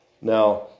Now